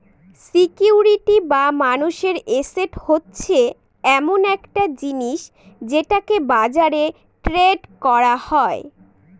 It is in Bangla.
সিকিউরিটি বা মানুষের এসেট হচ্ছে এমন একটা জিনিস যেটাকে বাজারে ট্রেড করা যায়